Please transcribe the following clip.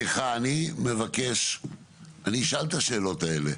אני אשאל את השאלות האלה,